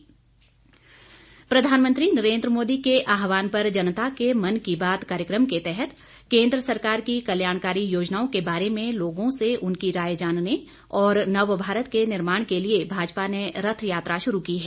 रथ यात्रा प्रधानमंत्री नरेंद्र मोदी के आहवान पर जनता के मन की बात कार्यक्रम के तहत केंद्र सरकार की कल्याणकारी योजनाओं के बारे में लोगों से उनकी राय जानने और नवभारत के निर्माण के लिए भाजपा ने रथ यात्रा शुरू की है